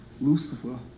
Lucifer